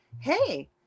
Hey